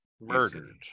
Murdered